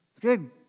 Good